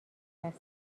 وسط